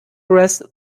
rest